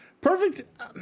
Perfect